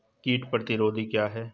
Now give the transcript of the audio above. कीट प्रतिरोधी क्या है?